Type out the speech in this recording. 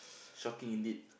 shocking indeed